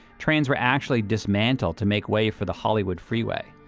trains were actually dismantled to make way for the hollywood freeway.